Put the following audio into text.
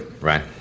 Right